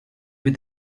with